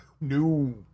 no